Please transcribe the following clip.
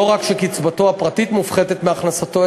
לא רק שקצבתו הפרטית מופחתת מהכנסתו,